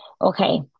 okay